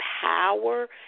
power